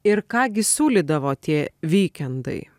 ir ką gi siūlydavo tie vykendai